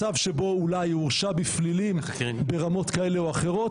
מצב שבו אולי הוא הורשע בפלילים ברמות כאלה ואחרות